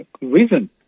reason